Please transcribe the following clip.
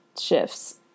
shifts